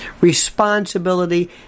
responsibility